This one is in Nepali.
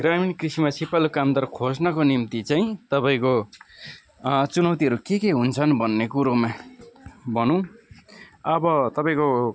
ग्रामीण कृषिमा सिपालु कामदार खोज्नको निम्ति चाहिँ तपाईँको चुनौतीहरू के के हुन्छन् भन्ने कुरोमा भनौँ अब तपाईँको